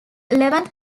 eleventh